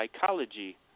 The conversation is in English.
psychology